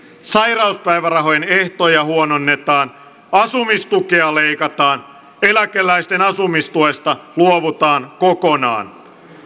sairauspäivärahan ehtoja huononnetaan asumistukea leikataan eläkeläisten asumistuesta luovutaan kokonaan